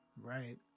Right